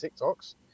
TikToks